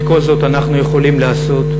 את כל זאת אנחנו יכולים לעשות.